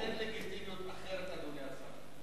אין לגיטימיות אחרת, אדוני השר.